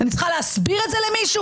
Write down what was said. אני צריכה להסביר את זה למישהו?